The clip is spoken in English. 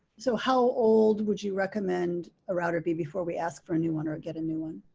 so how old would you recommend a router be before we ask for a new one, or get a new one.